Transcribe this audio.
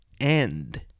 end